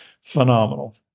phenomenal